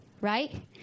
right